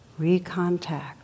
recontact